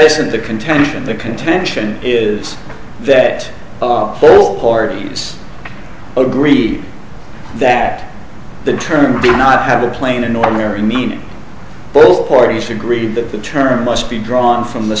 isn't the contention the contention is that all parties agreed that the term be not have a plain an ordinary meaning full parties agreed that the term must be drawn from the